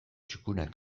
txukuna